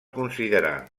considerar